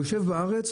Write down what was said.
הוא יושב בארץ,